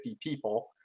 people